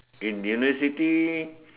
in university